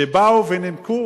שבאו ונימקו